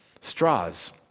straws